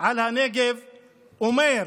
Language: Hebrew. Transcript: לנגב אומר: